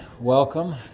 welcome